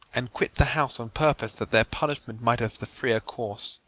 and quit the house on purpose, that their punishment might have the freer course.